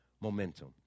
momentum